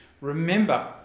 Remember